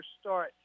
start